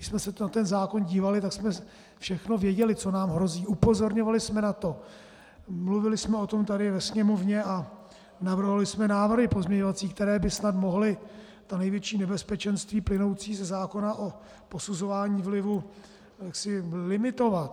Když jsme se na ten zákon dívali, tak jsme všechno věděli, co nám hrozí, upozorňovali jsme na to, mluvili jsme o tom tady ve Sněmovně a navrhovali jsme návrhy pozměňovací, které by snad mohly největší nebezpečenství plynoucí ze zákona o posuzování vlivu limitovat.